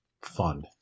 fun